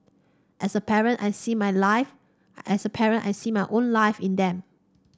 as a parent I see my life as a parent I see my own life in them